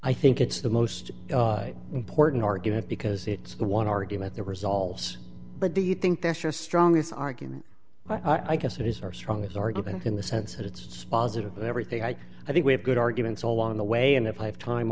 i think it's the most important argument because it's the one argument the resolves but do you think there's just strong this argument i guess it is our strongest argument in the sense that it's positive everything i i think we have good arguments all along the way and if i have time